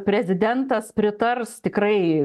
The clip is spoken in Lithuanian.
prezidentas pritars tikrai